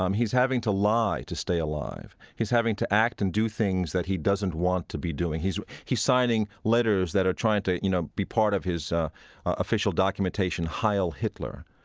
um he's having to lie to stay alive. he's having to act and do things that he doesn't want to be doing. he's he's signing letters that are trying to, you know, be part of his official documentation, heil hitler.